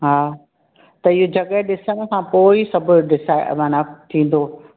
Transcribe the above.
हा त हीअं जॻहि ॾिसण खां पोइ ई सभु डिसाइड माना थींदो